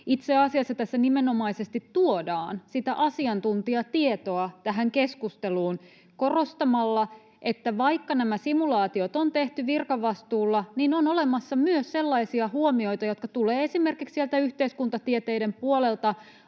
Itse asiassa tässä nimenomaisesti tuodaan sitä asiantuntijatietoa tähän keskusteluun korostamalla, että vaikka nämä simulaatiot on tehty virkavastuulla, niin on olemassa myös sellaisia huomioita, jotka tulevat esimerkiksi yhteiskuntatieteiden puolelta